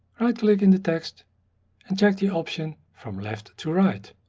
right click in the text and check the option from left to right.